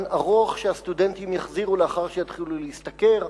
ארוך שהסטודנטים יחזירו לאחר שיתחילו להשתכר,